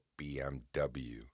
BMW